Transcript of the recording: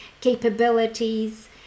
capabilities